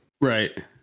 Right